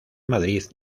madrid